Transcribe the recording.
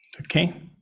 okay